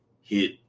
hit